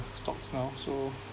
stocks now so